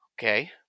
okay